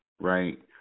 right